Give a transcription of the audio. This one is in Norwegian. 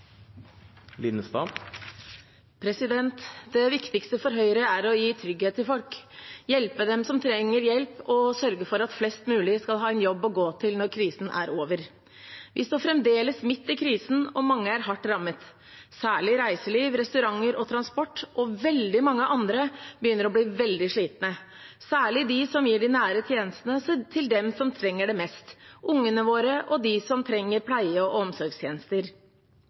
å gi trygghet til folk, hjelpe dem som trenger hjelp, og sørge for at flest mulig skal ha en jobb å gå til når krisen er over. Vi står fremdeles midt i krisen, og mange er hardt rammet. Særlig reiseliv, restauranter og transport og veldig mange andre begynner å bli veldig slitne, særlig de som gir de nære tjenestene til dem som trenger det mest, ungene våre og de som trenger pleie- og omsorgstjenester.